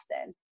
often